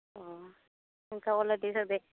অঁ তেনেকৈ ওলাবি চবে